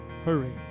Hurry